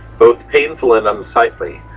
both painful and unsightly,